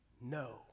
No